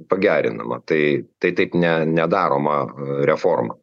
pagerinama tai tai taip ne nedaroma reforma